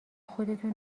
خودتو